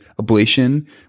ablation